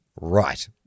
Right